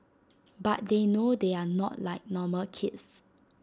but they know they are not like normal kids